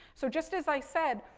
so, just as i said,